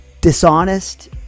dishonest